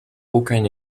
aucun